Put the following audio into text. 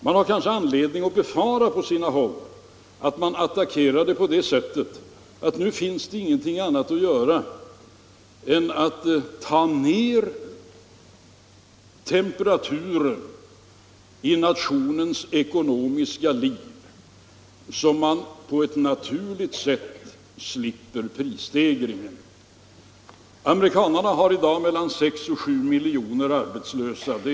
Man har kanske anledning att på sina håll befara att det attackeras på ett felaktigt sätt: Man kan komma fram till att nu finns det ingenting annat att göra än att ta ner temperaturen i nationens ekonomiska liv så att man på ett naturligt sätt slipper prisstegringar. Amerikanarna har i dag mellan sex och sju miljoner arbetslösa.